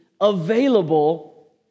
available